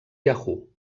yahoo